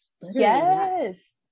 Yes